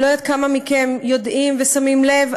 אני לא יודעת כמה מכם יודעים ושמים לב,